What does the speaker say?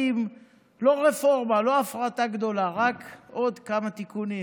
לא רפורמה, לא הפרטה גדולה, רק עוד כמה תיקונים.